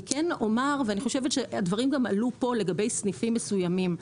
אני חושבת שהדברים גם עלו פה לגבי סניפים מסוימים.